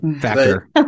factor